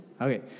Okay